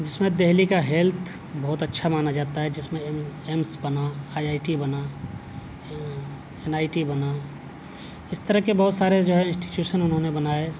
جس میں دہلی کا ہیلتھ بہت اچھا مانا جاتا ہے جس میں ایمس بنا آئی آئی ٹی بنا این آئی ٹی بنا اس طرح کے بہت سارے جو ہے انسٹیٹیوشن انہوں نے بنائے